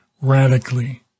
radically